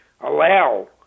allow